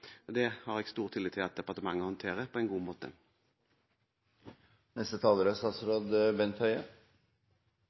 Det har jeg stor tillit til at departementet håndterer på en god